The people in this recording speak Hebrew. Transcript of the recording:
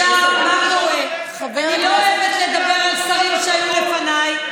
מה קורה, אני לא אוהבת לדבר על שרים שהיו לפניי,